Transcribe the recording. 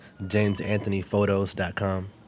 JamesAnthonyPhotos.com